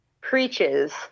preaches